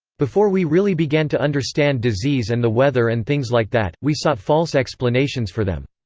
before we really began to understand disease and the weather and things like that, we sought false explanations for them.